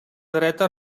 dreta